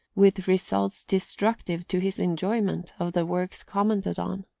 with results destructive to his enjoyment of the works commented on.